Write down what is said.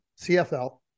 CFL